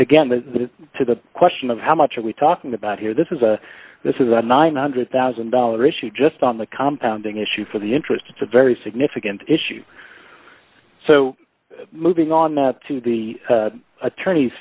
again the to the question of how much are we talking about here this is a this is a nine hundred thousand dollars issue just on the compound an issue for the interest it's a very significant issue so moving on to the attorney